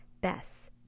Bess